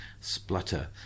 splutter